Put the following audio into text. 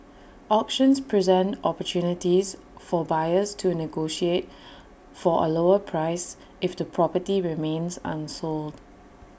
auctions present opportunities for buyers to negotiate for A lower price if the property remains unsold